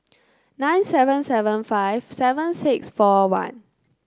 nine seven seven five seven six four one